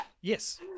yes